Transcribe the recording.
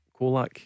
Kolak